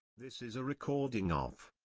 this is a recording of,